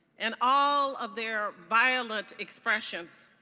and all of their violent expressions.